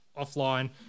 offline